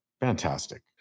Fantastic